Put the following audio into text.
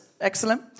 Excellent